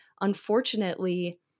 unfortunately